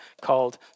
called